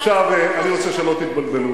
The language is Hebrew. עכשיו, אני רוצה שלא תתבלבלו.